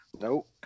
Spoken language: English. Nope